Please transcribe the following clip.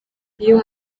iyo